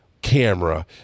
camera